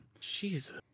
Jesus